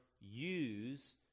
use